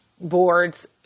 boards